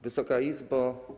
Wysoka Izbo!